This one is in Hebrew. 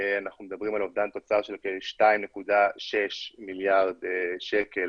אנחנו מדברים על אובדן תוצר של כ-2.6 מיליארד שקל